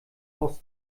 aus